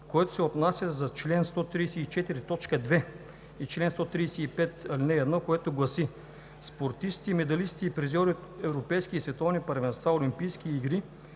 което се отнася за чл. 134, т. 2 и чл. 135, ал. 1, което гласи: спортисти, медалисти и призьори от европейски и световни първенства, олимпийски игри